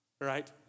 right